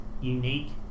unique